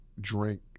drink